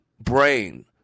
brain